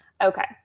Okay